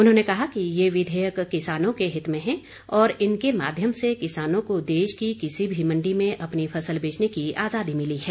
उन्होंने कहा कि ये विधेयक किसानों के हित में है और इनके माध्यम से किसानों को देश की किसी भी मण्डी में अपनी फसल बेचने की आजादी मिली है